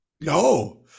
No